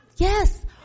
Yes